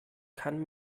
kann